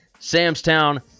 samstown